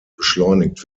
beschleunigt